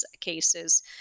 cases